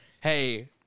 hey